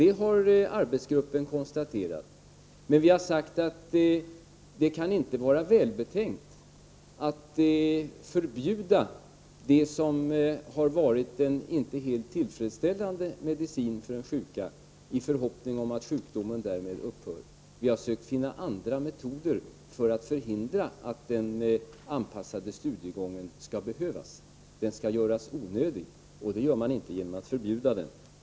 Det har arbetsgruppen konstaterat. Men vi har sagt att det inte kan vara välbetänkt att förbjuda det som inte varit en helt tillfredsställande medicin för den sjuke i förhoppning om att sjukdomen därmed upphör. Vi har sökt finna andra metoder för att göra den anpassade studiegången onödig. Det sker inte genom att förbjuda den.